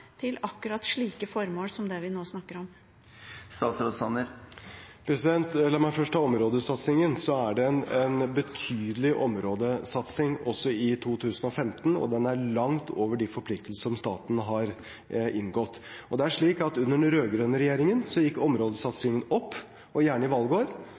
til akkurat slike formål som det vi nå snakker om? La meg først ta områdesatsingen. Det er en betydelig områdesatsing også i 2015, og den er langt over de forpliktelsene som staten har inngått. Det er slik at under den rød-grønne regjeringen gikk områdesatsingen opp, og gjerne i valgår,